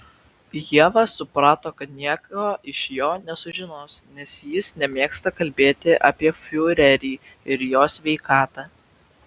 ieva suprato kad nieko iš jo nesužinos nes jis nemėgsta kalbėti apie fiurerį ir jo sveikatą